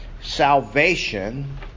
Salvation